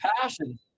passion